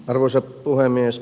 arvoisa puhemies